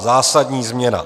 Zásadní změna.